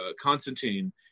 Constantine